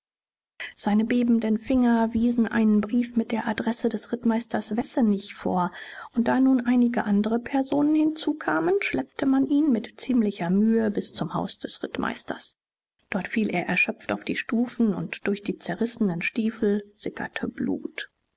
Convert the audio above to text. seine bebenden finger wiesen einen brief mit der adresse des rittmeisters wessenig vor und da nun einige andre personen hinzukamen schleppte man ihn mit ziemlicher mühe bis zum haus des rittmeisters dort fiel er erschöpft auf die stufen und durch die zerrissenen stiefel sickerte blut